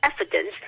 evidence